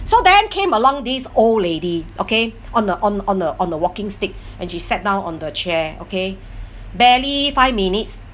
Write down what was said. so then came along this old lady okay on the on on a on a walking stick and she sat down on the chair okay barely five minutes